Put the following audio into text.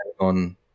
on